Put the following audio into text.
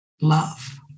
love